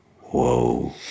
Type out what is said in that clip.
Whoa